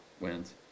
wins